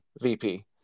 VP